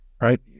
right